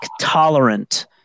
tolerant